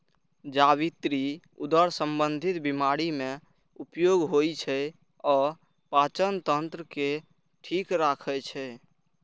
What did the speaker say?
जावित्री उदर संबंधी बीमारी मे उपयोग होइ छै आ पाचन तंत्र के ठीक राखै छै